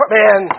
man